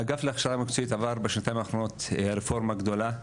האגף להכשרה מקצועית עבר בשנתיים האחרונות רפורמה גדולה.